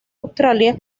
australia